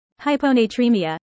Hyponatremia